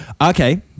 okay